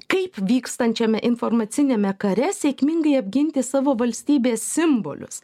kaip vykstančiame informaciniame kare sėkmingai apginti savo valstybės simbolius